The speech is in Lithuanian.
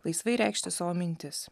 laisvai reikšti savo mintis